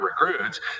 recruits